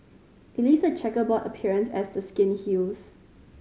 it leaves a chequerboard appearance as the skin heals